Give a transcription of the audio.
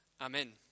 Amen